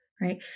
right